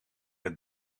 het